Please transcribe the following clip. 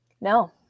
No